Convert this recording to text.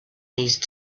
these